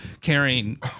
carrying